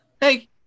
Hey